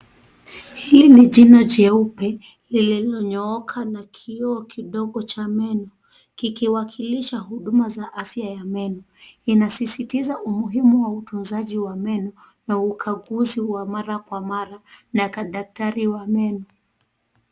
Hili ni jino jeupe lililo nyooka na kioo kidogo cha meno kikiwakilisha huduma za afya ya meno. Inasisitiza umuhimu wa utunzaji wa meno na ukaguzi wa mara kwa mara na daktari wa meno.